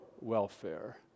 welfare